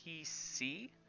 PC